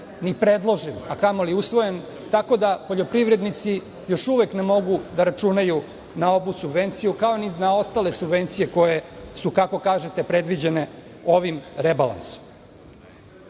ni predložen, a kamoli usvojen, tako da poljoprivrednici još uvek ne mogu da računaju na ovu subvenciju, kao ni na ostale subvencije koje su, kako kažete predviđene ovim rebalansom. Ministar